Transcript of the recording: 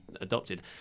adopted